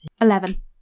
Eleven